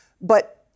But-